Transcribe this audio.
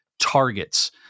targets